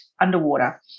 underwater